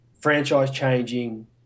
franchise-changing